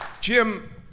Jim